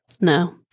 no